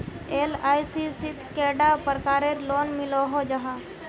LIC शित कैडा प्रकारेर लोन मिलोहो जाहा?